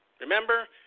Remember